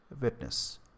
witness